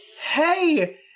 Hey